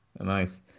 nice